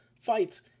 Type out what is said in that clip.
fights